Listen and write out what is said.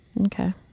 okay